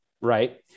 right